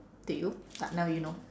to you but now you know